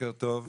בוקר טוב,